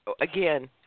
again